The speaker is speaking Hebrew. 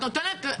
את נותנת.